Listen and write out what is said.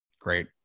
Great